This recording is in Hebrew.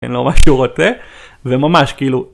תן לו מה שהוא רוצה, זה ממש כאילו...